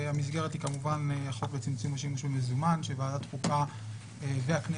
המסגרת היא כמובן החוק לצמצום השימוש במזומן שוועדת החוקה והכנסת